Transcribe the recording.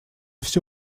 всё